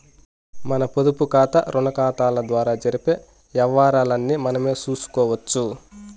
మన పొదుపుకాతా, రుణాకతాల ద్వారా జరిపే యవ్వారాల్ని మనమే సూసుకోవచ్చు